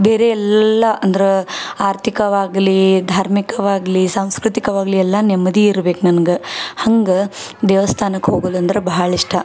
ಬೇರೆ ಎಲ್ಲ ಅಂದ್ರೆ ಆರ್ಥಿಕವಾಗ್ಲೀ ಧಾರ್ಮಿಕವಾಗಲೀ ಸಾಂಸ್ಕೃತಿಕವಾಗ್ಲಿ ಎಲ್ಲ ನೆಮ್ಮದಿ ಇರ್ಬೇಕು ನನ್ಗೆ ಹಾಗೆ ದೇವಸ್ಥಾನಕ್ ಹೋಗೋದ್ ಅಂದ್ರೆ ಬಹಳ ಇಷ್ಟ